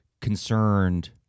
concerned